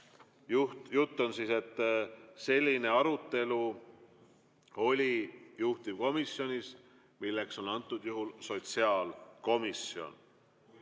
Jutt on siis sellest, et selline arutelu oli juhtivkomisjonis, milleks on antud juhul sotsiaalkomisjon.